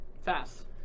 Fast